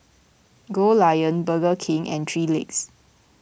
Goldlion Burger King and three Legs